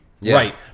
right